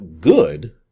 good